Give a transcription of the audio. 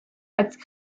als